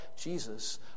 Jesus